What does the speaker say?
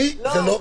לי זה לא --- לא,